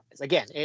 Again